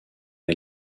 est